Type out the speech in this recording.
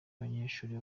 abanyeshuli